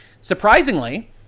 Surprisingly